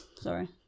Sorry